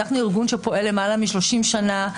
אנחנו ארגון שפועל למעלה מ-30 שנה.